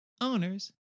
owners